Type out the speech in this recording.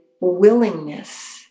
willingness